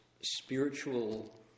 spiritual